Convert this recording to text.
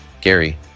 gary